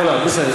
לא, לא, בסדר.